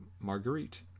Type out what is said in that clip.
Marguerite